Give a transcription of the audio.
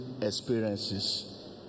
experiences